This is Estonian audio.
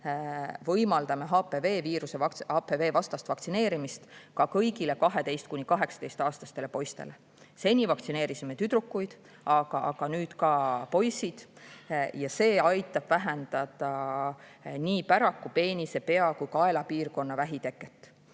võimaldame HPV-vastast vaktsineerimist ka kõigile 12–18-aastastele poistele. Seni vaktsineerisime tüdrukuid, aga nüüd ka poisse. See aitab vähendada nii päraku‑, peenise‑, pea‑ kui ka kaelapiirkonna vähi teket.